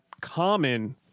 common